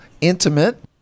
intimate